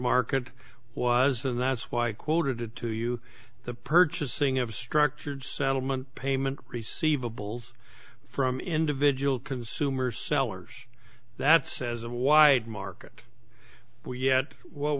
market was and that's why i quoted to you the purchasing of a structured settlement payment receive a bulls from individual consumer sellers that says wide market yet what